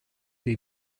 dei